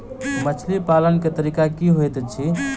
मछली पालन केँ तरीका की होइत अछि?